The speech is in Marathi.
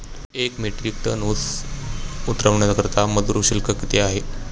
एक मेट्रिक टन ऊस उतरवण्याकरता मजूर शुल्क किती आहे?